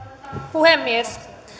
puhemies